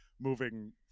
moving